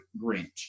Grinch